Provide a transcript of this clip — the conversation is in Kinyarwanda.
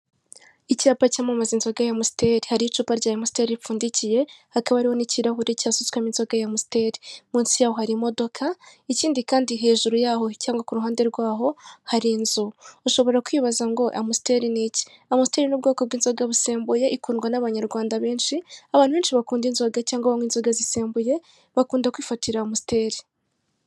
Icyapa cyamamaza inzoga ya AMSTEL, hariho icupa ry'AMSTEL ripfundikiye, hakaba hariho n'ikirahure cyasutswemo inzoga ya AMSTEL, munsi yaho hari imodoka ikindi kandi hejuru yaho cyangwa k'uruhande rwaho hari inzu. Ushobora kwibaza ngo AMSTEL ni iki? AMSTEL ni ubwoko bw'inzoga busembuye ikundwa n'abanyarwanada benshi, abantu benshi bakunda inzoga cyangwa banywa inzoga zisembuye, bakunda kwifatira AMSTEL.